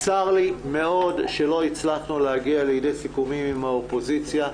צר לי מאוד שלא הצלחנו להגיע לידי סיכומים עם האופוזיציה,